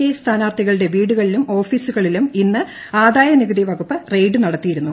K സ്ഥാനാർത്ഥികളും വീടുകളിലും ഓഫീസുകളിലും ഇന്ന് ആദായനികുതി വകുപ്പ് റെയ്ഡ് നടത്തിയിരുന്നു